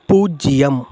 பூஜ்ஜியம்